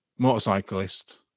Motorcyclist